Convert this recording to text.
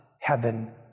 heaven